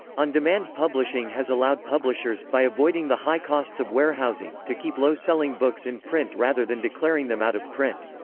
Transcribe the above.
on-demand publishing has allowed publishers, by avoiding the high costs of warehousing, to keep low-selling books in print rather than declaring them out of print.